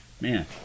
Man